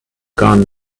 gone